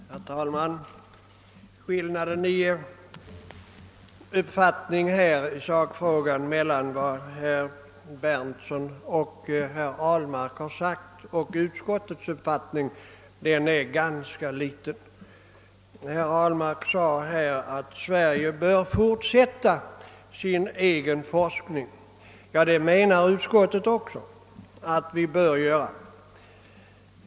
Herr talman! Skillnaden i uppfattning mellan herrar Berndtsson och Ahlmark å ena sidan och utskottsmajoriteten å andra sidan är i sakfrågan ganska liten. Herr Ahlmark sade att vi i Sverige bör fortsätta vår egen forskning. Ja, det menar utskottsmajoriteten också att vi bör göra.